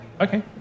Okay